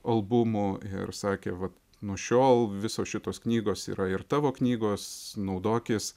albumų ir sakė vat nuo šiol visos šitos knygos yra ir tavo knygos naudokis